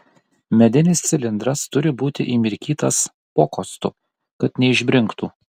medinis cilindras turi būti įmirkytas pokostu kad neišbrinktų